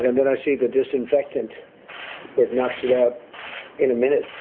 and then i see the disinfectant knocks it out in a minute.